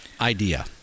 idea